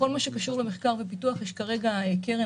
בכל הקשור למחקר ופיתוח יש כרגע קרן